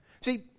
See